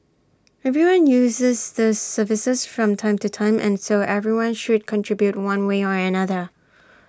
everyone uses these services from time to time and so everyone should contribute one way or another